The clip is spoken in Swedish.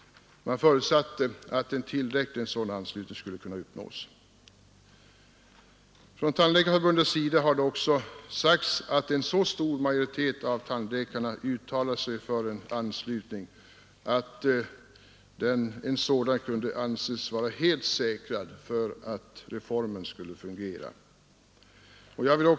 Man förutsatte att en tillräcklig sådan anslutning skulle kunna uppnås. Från Tandläkarförbundets sida har det också sagts att en så stor majoritet av tandläkare har uttalat sig för en anslutning, att en sådan kan anses helt säkrad för att reformen skall fungera.